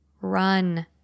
Run